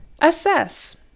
Assess